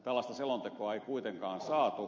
tällaista selontekoa ei kuitenkaan saatu